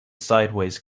sideways